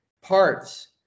parts